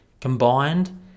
Combined